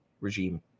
regime